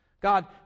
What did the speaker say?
God